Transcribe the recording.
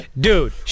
dude